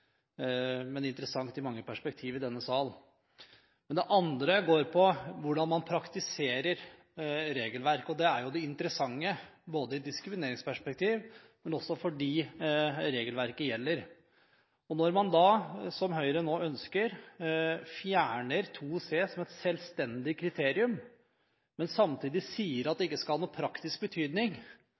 men det er interessant i mange perspektiv i denne sal. Det andre går på hvordan man praktiserer regelverk. Det er det interessante både i diskrimineringsperspektiv og fordi regelverket gjelder. Når man da, som Høyre nå ønsker, fjerner § 2 c som et selvstendig kriterium, men samtidig sier at det ikke skal ha noen praktisk betydning,